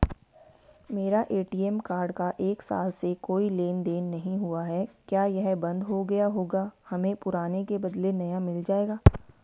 मेरा ATM card का एक साल से कोई लेन देन नहीं हुआ है क्या यह बन्द हो गया होगा हमें पुराने के बदलें नया मिल जाएगा?